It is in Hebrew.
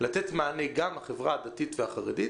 לתת מענה גם לחברה הדתית והחרדית,